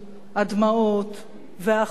הדמעות והאחדות